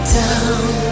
down